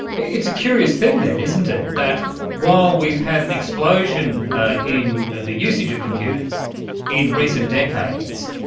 it's a curious thing then, isn't it, that while we've had an explosion in the usage of computers in recent decades,